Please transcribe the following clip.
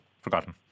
forgotten